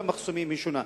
במחסומים היא שונה.